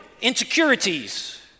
Insecurities